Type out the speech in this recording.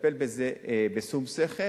מטפלת בזה בשׂום שכל,